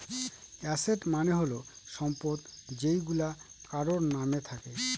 asset মানে হল সম্পদ যেইগুলা কারোর নাম থাকে